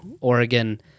Oregon